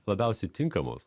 labiausiai tinkamos